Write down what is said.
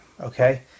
Okay